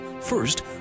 first